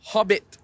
Hobbit